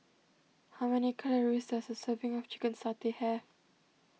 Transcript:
how many calories does a serving of Chicken Satay have